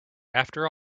after